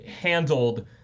handled